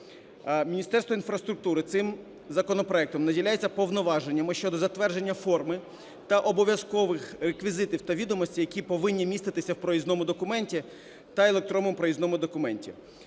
Міністерство інфраструктури цим законопроектом наділяється повноваженнями щодо затвердження форми та обов'язкових реквізитів та відомостей, які повинні міститися в проїзному документі та електронному проїзному документі.